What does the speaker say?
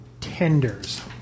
tenders